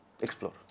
Explore